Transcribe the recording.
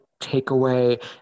takeaway